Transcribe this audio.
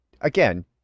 again